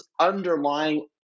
underlying